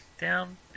down